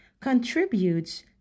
contributes